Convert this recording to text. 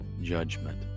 judgment